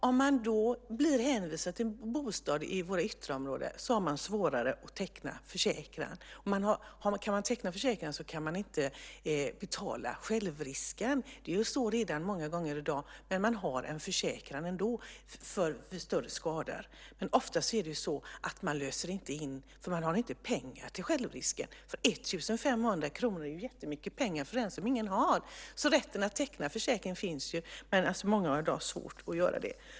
Om man då blir hänvisad till en bostad i våra ytterområden har man svårare att teckna försäkring, och kan man teckna försäkring kan man inte betala självrisken. Så är det många gånger i dag. Man har en försäkring mot större skador, men ofta löser man inte in den för man har inte pengar till självrisken. 1 500 kr är jättemycket pengar för den som inga har. Rätten att teckna försäkring finns alltså, men många har i dag svårt att göra det.